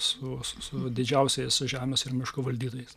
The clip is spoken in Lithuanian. su su didžiausiais žemės ir miško valdytojais